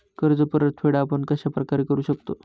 कर्ज परतफेड आपण कश्या प्रकारे करु शकतो?